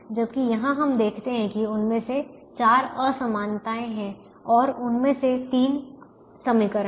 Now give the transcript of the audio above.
जबकि यहां हम देखते है कि उनमें से 4 असमानताएं हैं और उनमें से 3 समीकरण हैं